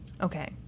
Okay